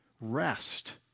Rest